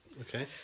Okay